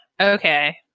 Okay